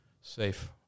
safe